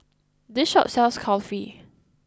this shop sells Kulfi